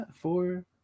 four